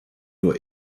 nur